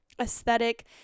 aesthetic